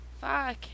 Fuck